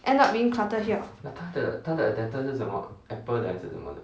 end up being cluttered here